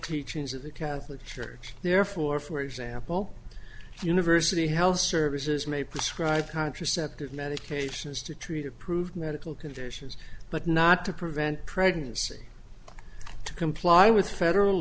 teachings of the catholic church therefore for example university health services may prescribe contraceptive medications to treat approved medical conditions but not to prevent pregnancy to comply with federal